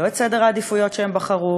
לא סדר העדיפויות שהם בחרו,